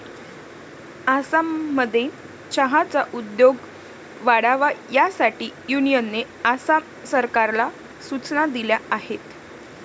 आसाममध्ये चहाचा उद्योग वाढावा यासाठी युनियनने आसाम सरकारला सूचना दिल्या आहेत